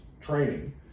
training